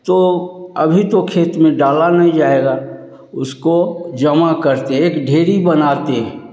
तो अभी तो खेत में डाला नहीं जाएगा उसको जमा करते हैं एक ढेरी बनाते हैं